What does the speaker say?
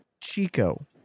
Chico